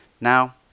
Now